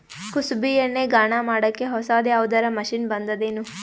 ಕುಸುಬಿ ಎಣ್ಣೆ ಗಾಣಾ ಮಾಡಕ್ಕೆ ಹೊಸಾದ ಯಾವುದರ ಮಷಿನ್ ಬಂದದೆನು?